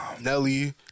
Nelly